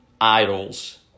idols